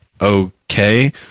Okay